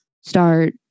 start